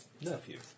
nephew